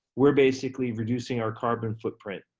we're basically reducing our carbon footprint.